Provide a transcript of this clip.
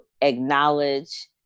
acknowledge